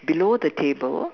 below the table